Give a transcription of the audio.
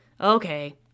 Okay